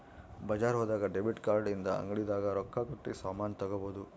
ಬಜಾರ್ ಹೋದಾಗ debit card ಇಂದ ಅಂಗಡಿ ದಾಗ ರೊಕ್ಕ ಕಟ್ಟಿ ಸಾಮನ್ ತಗೊಬೊದು